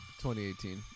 2018